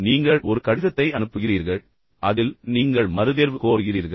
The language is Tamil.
நீங்கள் ஒரு கடிதத்தை அனுப்புகிறீர்கள் அதில் நீங்கள் மறுதேர்வு கோருகிறீர்கள்